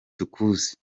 tukuzi